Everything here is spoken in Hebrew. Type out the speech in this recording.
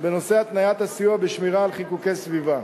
בנושא התניית הסיוע בשמירה על חיקוקי סביבה.